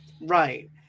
Right